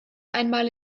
einmal